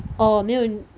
orh 我没有